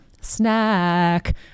Snack